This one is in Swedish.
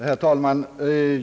Herr talman!